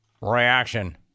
reaction